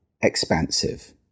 expansive